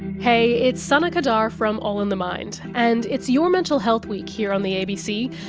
hey, it's sana qadar from all in the mind, and it's your mental health week here on the abc,